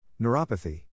Neuropathy